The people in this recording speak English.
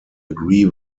agree